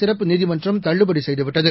சிறப்பு நீதிமன்றம் தள்ளுபடி செய்துவிட்டது